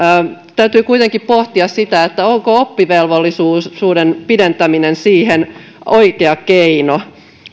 täytyy kuitenkin pohtia sitä onko oppivelvollisuuden pidentäminen siihen oikea keino